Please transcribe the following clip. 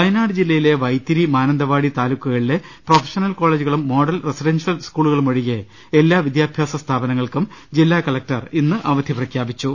വയനാട് ജില്ലയിലെ വൈത്തിരി മാനന്തവാടി താലൂക്കുകളിലെ പ്രൊഫഷണൽ കോളജുകളും മോഡൽ റെസിഡൻഷ്യൽ സ്കൂളു കളും ഒഴികെ എല്ലാ വിദ്യാഭ്യാസ സ്ഥാപനങ്ങൾക്കും ജില്ലാകല ക്ടർ ഇന്ന് അവധി പ്രഖ്യാപിച്ചു